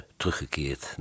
teruggekeerd